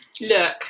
Look